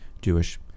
Jewish